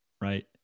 right